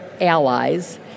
allies